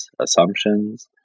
assumptions